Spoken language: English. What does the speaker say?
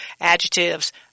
adjectives